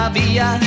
via